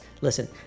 Listen